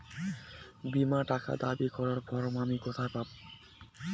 বীমার টাকা দাবি করার ফর্ম আমি কোথায় পাব?